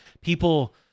people